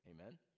amen